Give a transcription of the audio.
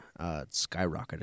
skyrocketed